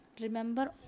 Remember